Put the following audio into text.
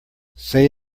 say